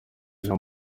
jean